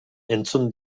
entzun